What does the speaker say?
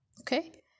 Okay